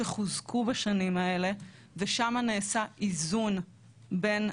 שחוזקו בשנים האלה ושם נעשה איזון בין